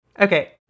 Okay